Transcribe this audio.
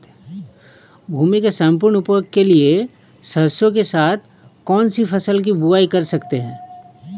भूमि के सम्पूर्ण उपयोग के लिए सरसो के साथ कौन सी फसल की बुआई कर सकते हैं?